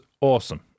awesome